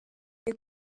none